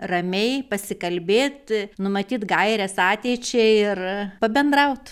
ramiai pasikalbėt numatyt gaires ateičiai ir pabendraut